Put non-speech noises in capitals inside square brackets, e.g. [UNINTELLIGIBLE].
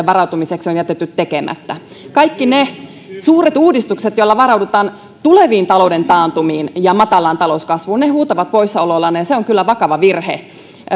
[UNINTELLIGIBLE] varautumiseksi on jätetty tekemättä kaikki ne suuret uudistukset joilla varaudutaan tuleviin talouden taantumiin ja matalaan talouskasvuun huutavat poissaolollaan ja se on kyllä vakava virhe